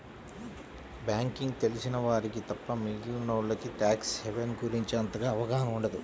banking తెలిసిన వారికి తప్ప మిగిలినోల్లకి ట్యాక్స్ హెవెన్ గురించి అంతగా అవగాహన ఉండదు